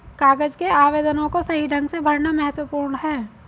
कागज के आवेदनों को सही ढंग से भरना महत्वपूर्ण है